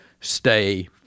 stay